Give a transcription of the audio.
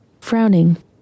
Frowning